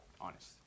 Honest